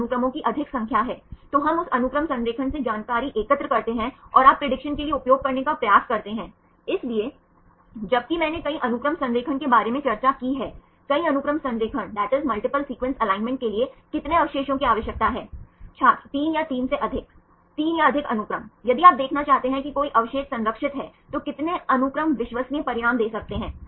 तो वहाँ कुछ है कुछ माध्यमिक संरचनाएं हैं जो दिशा को बनाती है सही यह मुख्य रूप से टर्न्स है या बेंड्स और आप कुछ संरचनाओं को अनियमित कह सकते हैं